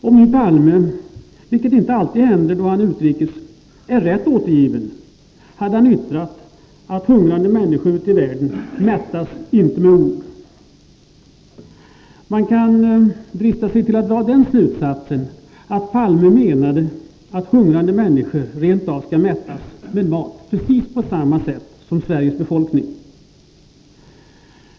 Om nu Palme — vilket inte alltid händer då han är utrikes — är rätt återgiven, hade han yttrat att hungrande människor ute i världen inte mättas med ord. Man kan drista sig till att dra den slutsatsen att Palme menade att hungrande människor rent av skall mättas med mat, precis på samma sätt som Sveriges befolkning.